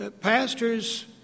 pastors